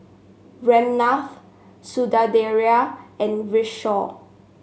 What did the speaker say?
Ramnath Sundaraiah and Kishore